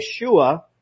Yeshua